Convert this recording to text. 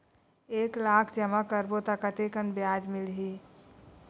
एक लाख जमा करबो त कतेकन ब्याज मिलही?